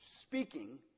Speaking